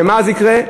ומה אז יקרה?